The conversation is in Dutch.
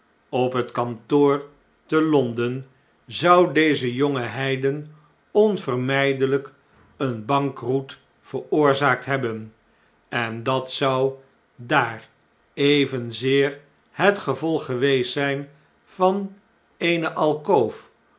op het kantoor te l o n d e n zou deze jonge heiden onvermjjdeljjk een bankroet veroorzaakt hebben endatzou daar evenzeer het gevolg geweest zijn van